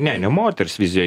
ne ne moters vizijoj